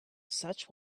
such